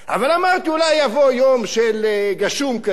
אבל אמרתי אולי יבוא יום גשום כזה,